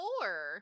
four